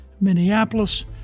Minneapolis